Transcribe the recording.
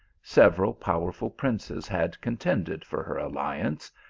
several powerful princes had contended for her alliance,